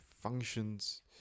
functions